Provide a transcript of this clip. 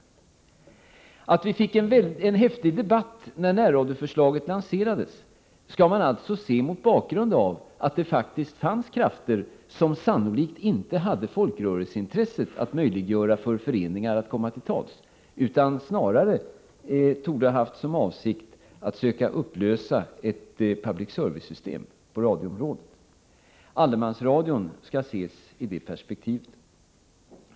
Det förhållandet att vi fick en häftig debatt när närradioförslaget presenterades, skall man alltså se mot bakgrund av att det faktiskt fanns krafter som sannolikt inte hade folkrörelseintresse att möjliggöra för föreningar att komma till tals utan snarare torde ha haft som avsikt att försöka upplösa ett public service-system på radioområdet. Allemansradion skall ses i det perspektivet.